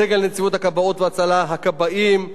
סגל נציבות הכבאות וההצלה: הכבאים,